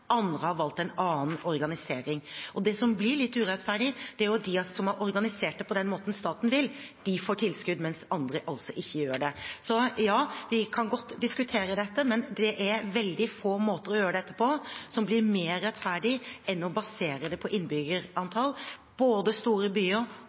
andre har valgt en annen organisering, og det som blir litt urettferdig, er at de som har organisert det på den måten staten vil, de får tilskudd, mens andre altså ikke gjør det. Så ja, vi kan godt diskutere dette, men det er veldig få måter å gjøre dette på som blir mer rettferdig enn å basere det på